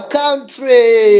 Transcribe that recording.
country